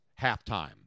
halftime